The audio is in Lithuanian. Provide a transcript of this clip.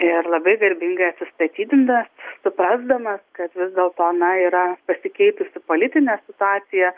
ir labai garbingai atsistatydinęs suprasdamas kad vis dėlto na yra pasikeitusi politinė situacija